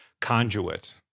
conduit